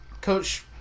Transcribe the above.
coach